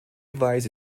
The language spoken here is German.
weise